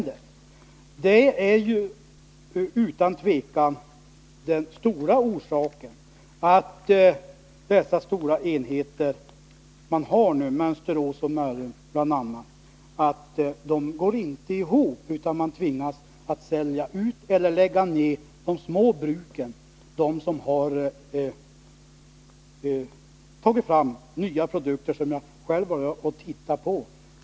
Detta är utan tvivel den väsentliga orsaken till att de stora enheter som man nu har, bl.a. Mönsterås bruk och Mörrums bruk, inte går ihop, så att man tvingas sälja ut eller lägga ned de små bruk som har tagit fram nya produkter och som jag själv har besökt.